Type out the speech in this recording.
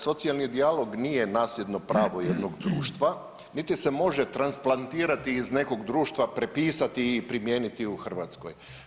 Socijalni dijalog nije nasljedno pravo jednog društva niti se može transplantirati iz nekog društva, prepisati i primijeniti u Hrvatskoj.